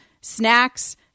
snacks